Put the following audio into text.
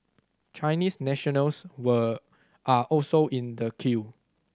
Chinese nationals were are also in the queue